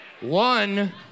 One